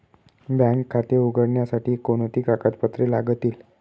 Bank खाते उघडण्यासाठी कोणती कागदपत्रे लागतील?